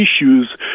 issues